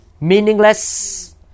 Meaningless